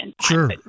sure